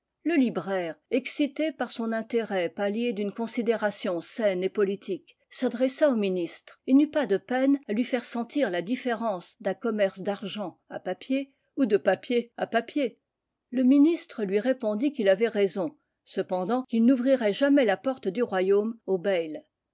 le libraire excité par son intérêt pallié d'une considération saine et politique s'adressa au ministre et n'eut pas de peine à lui faire sentir la différence d'un commerce d'argent à papier ou de papier à papier le ministre lui répondit qu'il avait raison cependant qu'il n'ouvrirait jamais la porte du royaume au bayle